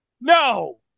No